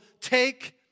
take